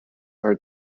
are